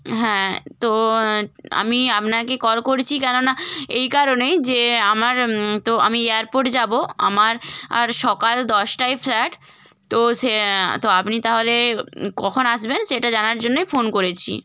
হ্যাঁ তো আমি আপনাকে কল করছি কেননা এই কারণেই যে আমার তো আমি এয়ারপোর্ট যাব আমার আর সকাল দশটায় ফ্লাইট তো সে তো আপনি তাহলে কখন আসবেন সেটা জানার জন্যই ফোন করেছি